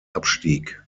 abstieg